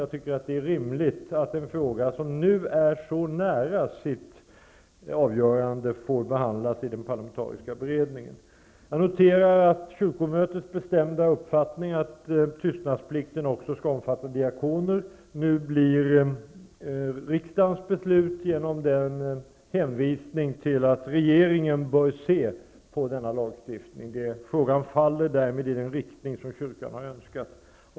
Jag tycker att det är rimligt att en fråga som nu är så nära sitt avgörande får behandlas i den parlamentariska beredningen. Jag noterar kyrkomötets bestämda uppfattning att tystnadsplikten också skall omfatta diakoner. Riksdagens beslut blir en hänvisning till att regeringen bör se på denna lagstiftning. Frågan faller därmed i den riktning kyrkan önskat.